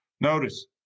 Notice